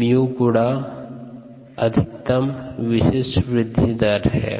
𝜇m गुणा x अधिकतम विशिष्ट वृद्धि दर है